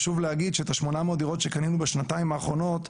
חשוב להגיד שאת ה-800 דירות שקנינו בשנתיים האחרונות,